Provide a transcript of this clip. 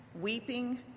weeping